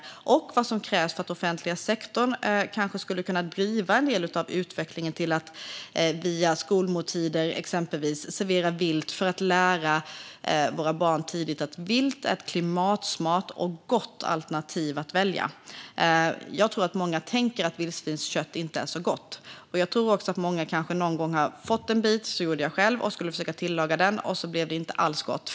Det handlar också om vad som krävs för att den offentliga sektorn skulle kunna driva en del av utvecklingen, exempelvis via skolmåltider servera vilt för att tidigt lära våra barn att vilt är ett klimatsmart och gott alternativ att välja. Jag tror att många tänker att vildsvinskött inte är så gott. Jag tror också att många kanske någon gång - så var det för mig - har fått en bit och försökt tillaga den, och så blev det inte alls gott.